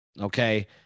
Okay